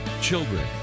children